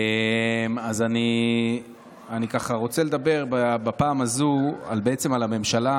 אני רוצה לדבר בפעם הזאת על הממשלה